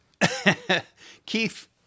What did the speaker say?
Keith